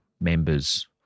members